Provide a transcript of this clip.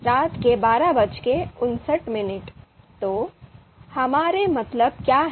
तो हमारा मतलब क्या है